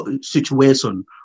situation